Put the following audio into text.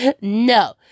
no